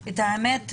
הפורנזיות.